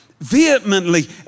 vehemently